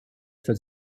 für